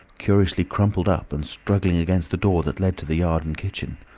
curiously crumpled up and struggling against the door that led to the yard and kitchen.